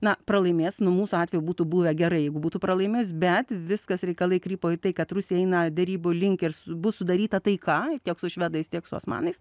na pralaimės no mūsų atveju būtų buvę gerai jeigu būtų pralaimėjus bet viskas reikalai krypo į tai kad rusija eina derybų link ir bus sudaryta taika tiek su švedais tiek su osmanais